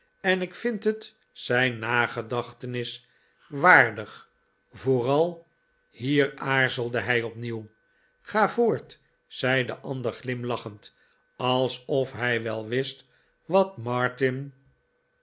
en ik vind het zijn nagedachtenis waardig vooral hier aarzelde hij opnieuw ga voort zei de ander glimlachend alsof hij wel wist wat martin